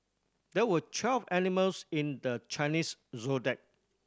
there are twelve animals in the Chinese Zodiac